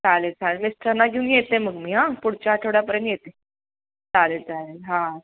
चालेल चालेल मिस्टरना घेऊन येते मग मी हां पुढच्या आठवड्यापर्यंत येते चालेल चालेल हां